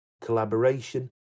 collaboration